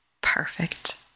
perfect